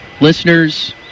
listeners